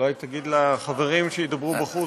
אולי תגיד לחברים שידברו בחוץ?